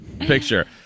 picture